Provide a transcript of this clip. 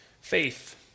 Faith